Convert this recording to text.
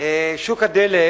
שוק הדלק